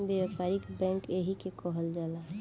व्यापारिक बैंक एही के कहल जाला